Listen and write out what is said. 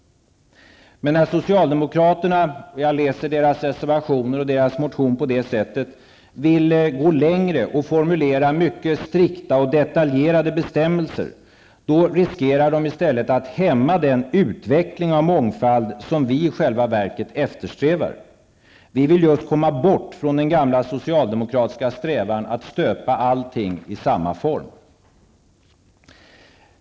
När socialdemokraterna -- jag läser deras reservationer och motioner på det sättet -- vill gå längre och formulera mycket strikta och detaljerade bestämmelser, då riskerar de i stället att hämma den utveckling av mångfald som vi i själva verket eftersträvar. Vi vill just komma bort från den gamla socialdemokratiska strävan att stöpa allt i samma form.